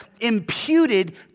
imputed